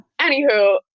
anywho